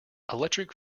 electric